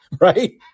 right